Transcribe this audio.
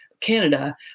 Canada